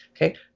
okay